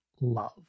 love